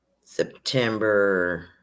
September